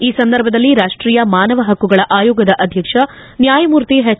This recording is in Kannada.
ಈ ಸಂದರ್ಭದಲ್ಲಿ ರಾಷ್ಟೀಯ ಮಾನವ ಹಕ್ಕುಗಳ ಆಯೋಗದ ಅಧ್ಯಕ್ಷ ನ್ಯಾಯಮೂರ್ತಿ ಎಚ್